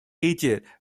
egypt